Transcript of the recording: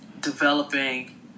developing